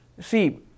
see